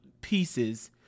pieces –